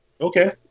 Okay